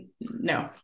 no